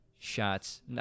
shots